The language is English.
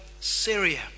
Syria